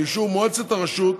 באישור מועצת הרשות,